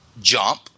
jump